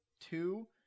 two